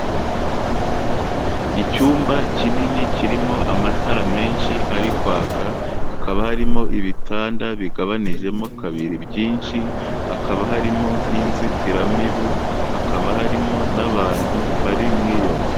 Icyumba kinini kirimo amatara menshi ari kwaka, hakaba harimo ibitanda bigabanijemo kabiri byinshi, hakaba harimo n'inzitiramibu, hakaba harimo n'abantu bari muri iyo nzu.